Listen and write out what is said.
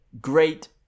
great